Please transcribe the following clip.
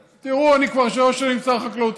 תראו, אני כבר שלוש שנים שר החקלאות.